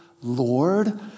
Lord